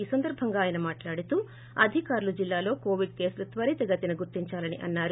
ఈ సందర్బంగా ఆయన మాట్లాడుతూ అధికారులు జిల్లాలో కోవిడ్ కేసులు త్వరితగతిన గుర్తించాలని అన్నారు